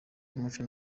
y’umuco